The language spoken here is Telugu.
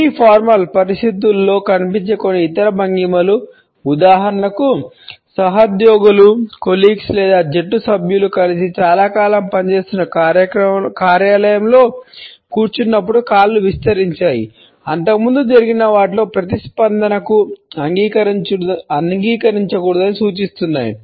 సెమీ ఫార్మల్ కలిసి చాలా కాలం పనిచేస్తున్న కార్యాలయంలో కూర్చున్నప్పుడు కాళ్ళు విస్తరించాయి అంతకుముందు జరిగిన వాటికి ప్రతిస్పందనగా అంగీకరించకూడదని సూచిస్తున్నాయి